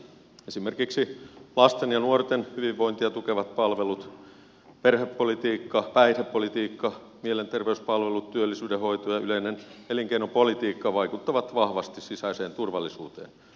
esimerkiksi lasten ja nuorten hyvinvointia tukevat palvelut perhepolitiikka päihdepolitiikka mielenterveyspalvelut työllisyyden hoito ja yleinen elinkeinopolitiikka vaikuttavat vahvasti sisäiseen turvallisuuteen